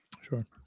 sure